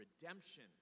redemption